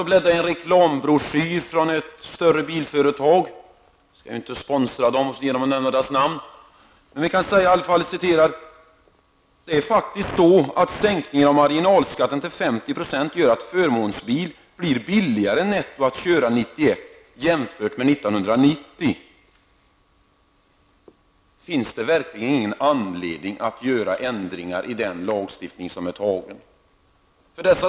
Jag bläddrade i en reklambroschyr från ett större bilföretag -- jag tänker inte sponsra företaget genom att nämna dess namn. Där stod det att sänkningen av marginalskatten till 50 % har gjort att förmånsbil blir billigare netto att köra 1991 jämfört med 1990. Finns det verkligen ingen anledning att göra ändringar i den antagna lagstiftningen?